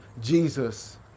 Jesus